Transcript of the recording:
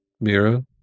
Mira